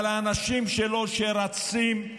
על האנשים שלו שרצים.